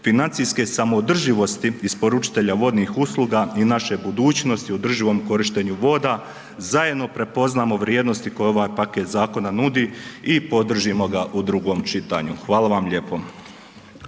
financijske samoodrživosti isporučitelja vodnih usluga i naše budućnosti u održivom korištenju voda, zajedno prepoznamo vrijednosti koje ovaj paket zakona nudi i podržimo ga u drugom čitanju. Hvala vam lijepo.